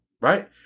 Right